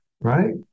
Right